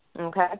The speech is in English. Okay